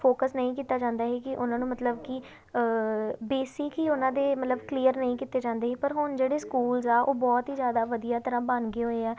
focus ਨਹੀਂ ਕੀਤਾ ਜਾਂਦਾ ਸੀ ਕਿ ਉਹਨਾਂ ਨੂੰ ਮਤਲਬ ਕਿ ਬੇਸਿਕ ਹੀ ਉਹਨਾਂ ਦੇ ਮਤਲਬ ਕਲੀਅਰ ਨਹੀਂ ਕੀਤੇ ਜਾਂਦੇ ਸੀ ਪਰ ਹੁਣ ਜਿਹੜੇ ਸਕੂਲਜ਼ ਆ ਉਹ ਬਹੁਤ ਹੀ ਜ਼ਿਆਦਾ ਵਧੀਆ ਤਰ੍ਹਾਂ ਬਣ ਗਏ ਹੋਏ ਆ